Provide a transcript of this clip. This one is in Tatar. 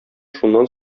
шуннан